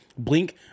Blink